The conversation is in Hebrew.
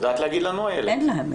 את יודעת להגיד לנו, איילת?